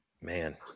Man